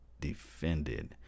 defended